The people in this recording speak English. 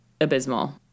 abysmal